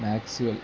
maxwell